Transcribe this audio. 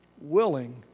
willing